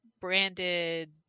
branded